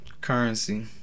Currency